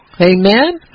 Amen